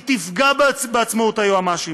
היא תפגע בעצמאות היועמ"שים.